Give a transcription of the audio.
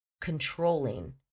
controlling